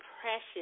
precious